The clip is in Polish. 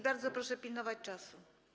Bardzo proszę pilnować czasu.